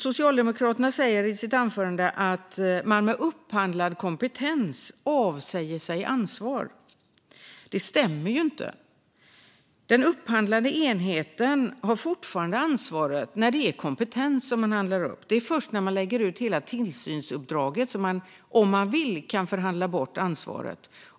Socialdemokraterna säger i sitt anförande att man med upphandlad kompetens avsäger sig ansvar. Det stämmer inte. Den upphandlande enheten har fortfarande ansvaret när det är kompetens som upphandlas. Det är först när man lägger ut hela tillsynsuppdraget som man om man vill kan förhandla bort ansvaret.